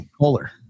kohler